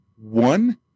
one